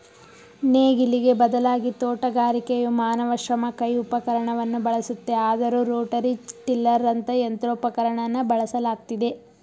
ನೇಗಿಲಿಗೆ ಬದಲಾಗಿ ತೋಟಗಾರಿಕೆಯು ಮಾನವ ಶ್ರಮ ಕೈ ಉಪಕರಣವನ್ನು ಬಳಸುತ್ತೆ ಆದರೂ ರೋಟರಿ ಟಿಲ್ಲರಂತ ಯಂತ್ರೋಪಕರಣನ ಬಳಸಲಾಗ್ತಿದೆ